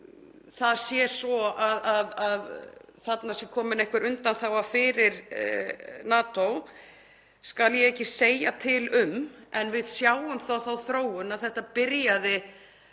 það sé svo að þarna sé komin einhver undanþága fyrir NATO skal ég ekki segja til um. En við sjáum þá þróun að þetta byrjaði